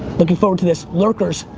looking forward to this. lurkers,